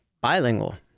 bilingual